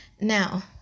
now